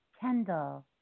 Kendall